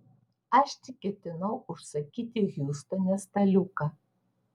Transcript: aš tik ketinau užsakyti hjustone staliuką